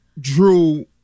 Drew